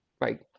right